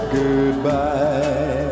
goodbye